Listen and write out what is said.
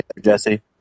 Jesse